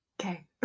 Okay